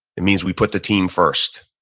it means we put the team first,